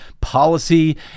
policy